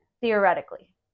Theoretically